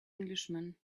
englishman